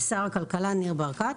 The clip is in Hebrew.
שר הכלכלה ניר ברקת.